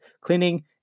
cleaning